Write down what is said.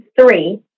three